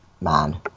man